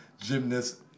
gymnast